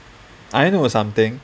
I know something